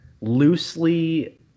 loosely